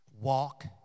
Walk